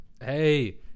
Hey